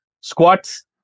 squats